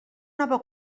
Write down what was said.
nova